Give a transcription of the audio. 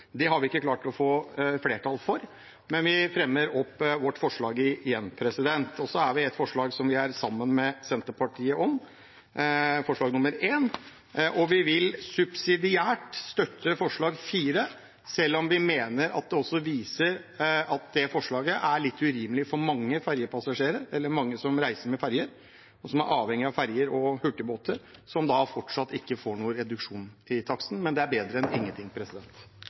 det, fordi det er en del av infrastrukturen. Det har vi ikke klart å få flertall for, men vi fremmer vårt forslag igjen. Så har vi et forslag som vi er sammen med Senterpartiet om, forslag nr. 1, og vi vil subsidiært støtte forslag nr. 4, selv om vi mener at det forslaget er litt urimelig for mange som reiser med ferjer og er avhengig av ferjer og hurtigbåter, og som fortsatt ikke får noen reduksjon i taksten. Men det er bedre enn ingenting.